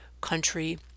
country